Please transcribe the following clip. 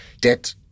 debt